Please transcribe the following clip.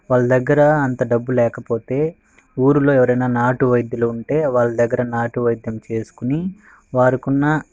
వాళ్ళ దగ్గర అంత డబ్బు లేకపోతే ఊర్లో ఎవరైనా నాటువైద్యులు ఉంటే వాళ్ళ దగ్గర నాటువైద్యం చేసుకొని వారికి ఉన్న